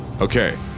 okay